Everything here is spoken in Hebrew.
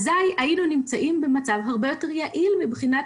היינו נמצאים במצב שהוא גם הרבה יותר יעיל מבחינת